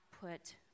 put